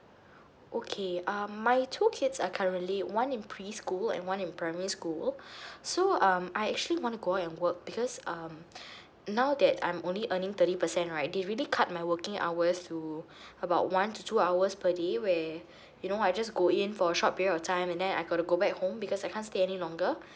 okay um my two kids are currently one in preschool and one in primary school so um I actually wanna go out and work because um now that I'm only earning thirty percent right they really cut my working hours to about one to two hours per day where you know I just go in for a short period of time and then I got to go back home because I can't stay any longer